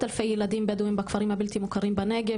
אלפי ילדים בדווים בכפרים הבלתי מוכרים בנגב,